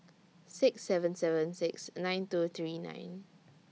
six seven seven six nine two three nine